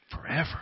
Forever